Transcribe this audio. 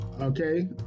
Okay